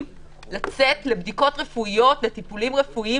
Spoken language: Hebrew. לצאת לבדיקות רפואיות ולטיפולים רפואיים.